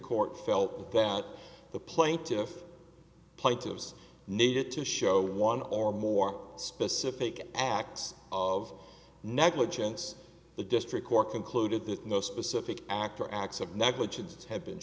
court felt that the plaintiff plaintiffs needed to show one or more specific acts of negligence the district court concluded that no specific act or acts of negligence had been